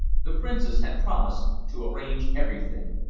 the princess had promised to arrange everything.